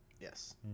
Yes